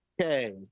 Okay